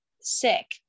sick